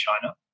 China